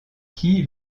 qui